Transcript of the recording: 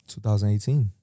2018